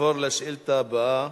נעבור לשאילתא הבאה,